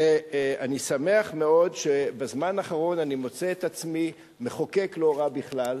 שאני שמח מאוד שבזמן האחרון אני מוצא את עצמי מחוקק לא רע בכלל.